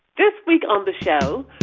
this week on the show,